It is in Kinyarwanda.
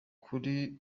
kuri